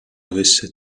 avesse